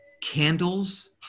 candles